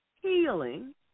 healing